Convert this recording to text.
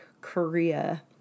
Korea